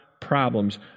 problems